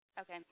Okay